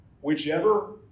whichever